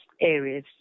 areas